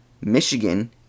Michigan